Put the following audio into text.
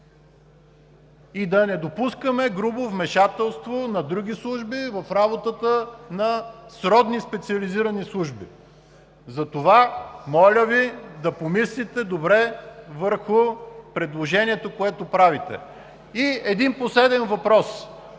и да не допускаме грубо вмешателство на други служби в работата на сродни специализирани служби. Затова Ви моля да помислите добре върху предложението, което правите. Един последен въпрос.